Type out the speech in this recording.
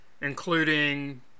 including